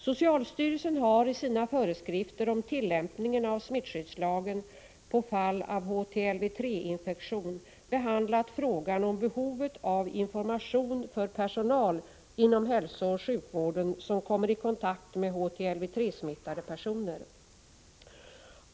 Socialstyrelsen har i sina föreskrifter om tillämpningen av smittskyddslagen på fall av HTLV-III-infektion behandlat frågan om behovet av information för personal inom hälsooch sjukvården som kommer i kontakt med HTLV-III-smittade personer.